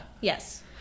Yes